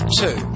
two